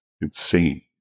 insane